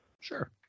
sure